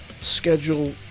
schedule